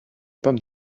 pommes